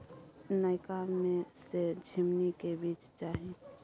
नयका में से झीमनी के बीज चाही?